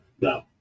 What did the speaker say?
No